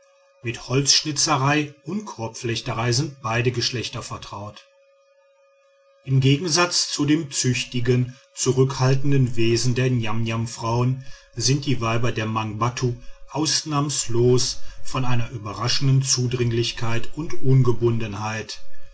mit holzschnitzerei und korbflechterei sind beide geschlechter vertraut im gegensatz zu dem züchtigen zurückhaltenden wesen der niamniamfrauen sind die weiber der mangbattu ausnahmslos von einer überraschenden zudringlichkeit und ungebundenheit